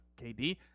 KD